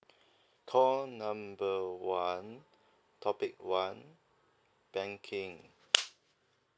call number one topic one banking